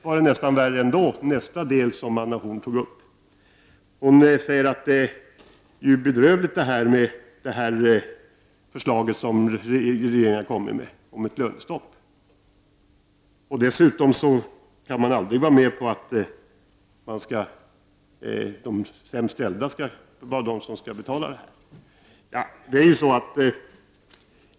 När det gäller det som Anna Horn af Rantzien sedan tog upp blev det nästan värre. Hon sade att regeringens förslag om lönestopp är bedrövligt. Dessutom sade hon att man aldrig kan gå med på att de sämst ställda skall betala.